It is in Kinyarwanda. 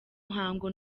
muhango